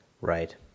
Right